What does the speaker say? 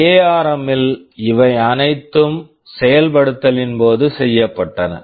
ARM seven ARM7 ல் இவை அனைத்தும் செயல் படுத்தலின் போது செய்யப்பட்டன